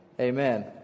Amen